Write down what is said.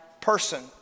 person